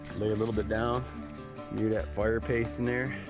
lay a little bit down smear that fire paste in there